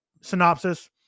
synopsis